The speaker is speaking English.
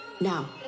Now